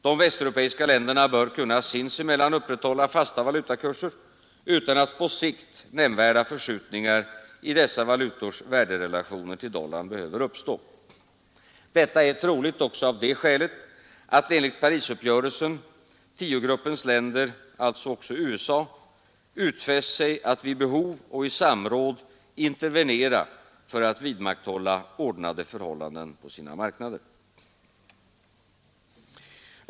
De västeuropeiska länderna bör kunna sinsemellan upprätthålla fasta valutakurser utan att på sikt nämnvärda förskjutningar i dessa valutors värderelationer till dollarn behöver uppstå. Detta är troligt också av det skälet, att enligt Parisuppgörelsen tiogruppens länder, således även USA, utfäst sig att vid behov och i samråd intervenera för att vidmakthålla ordnade förhållanden på sina marknader.